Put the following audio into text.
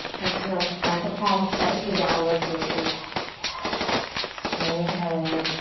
exhale to plant the palms. step it to downward facing dog. yes. inhale in.